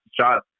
Shot